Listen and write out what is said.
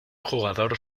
jugador